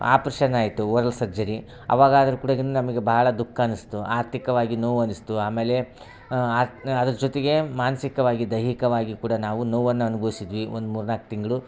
operation ಆಯಿತು ವರ್ಲ್ surgery ಅವಾಗ ಅದ್ರ್ ಕೂಡ ಇನ್ನ ನಮಗೆ ಭಾಳ ದುಃಖ ಅನಸ್ತು ಆರ್ಥಿಕವಾಗಿ ನೋವು ಅನಿಸ್ತು ಆಮೇಲೆ ಅರ್ ಅದ್ರ ಜೊತೆಗೆ ಮಾನಸಿಕವಾಗಿ ದೈಹಿಕವಾಗಿ ಕೂಡ ನಾವು ನೋವನ್ನ ಅನ್ಭವಿಸಿದ್ವಿ ಒಂದು ಮೂರು ನಾಲ್ಕು ತಿಂಗಳು